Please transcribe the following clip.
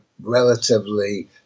relatively